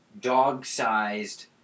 dog-sized